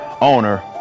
owner